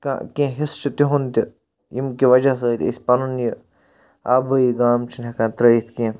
کینٛہہ حِصہٕ چھُ تِہُنٛد تہِ ییٚمہِ کہِ وَجہ سۭتۍ أسۍ پَنُن یہٕ آبٲیی گام چھِنہٕ ہیٚکان ترٛٲیِتھ کینٛہہ